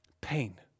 Pain